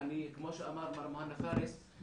כמו שאמר מר מוהנא פארס,